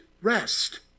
rest